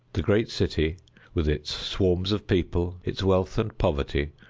the great city with its swarms of people, its wealth and poverty,